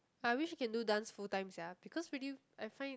I wish can do dance full time sia because really I find it